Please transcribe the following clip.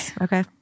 Okay